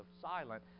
silent